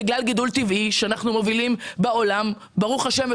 גם בגלל גידול טבעי שבו אנחנו מובילים בעולם ברוך השם,